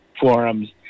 forums